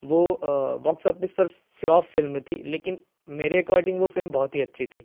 वह box office पर flop film थी लेकिन मेरे एकोर्डिंग वह फ़िल्म बहुत ही अच्छी थी